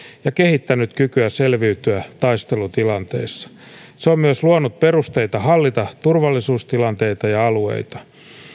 ja kehittänyt kykyä selviytyä taistelutilanteessa se on myös luonut perusteita hallita turvallisuustilanteita ja alueita